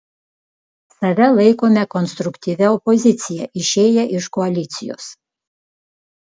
save laikome konstruktyvia opozicija išėję iš koalicijos